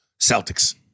Celtics